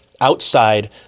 outside